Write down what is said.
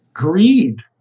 greed